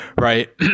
right